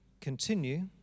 continue